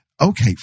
Okay